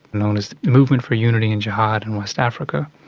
known as the movement for unity and jihad, in west africa.